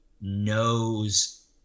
knows